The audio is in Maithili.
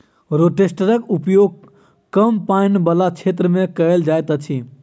रोटेटरक प्रयोग कम पाइन बला क्षेत्र मे कयल जाइत अछि